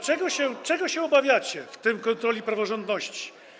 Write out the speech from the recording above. Czego się obawiacie w tej kontroli praworządności?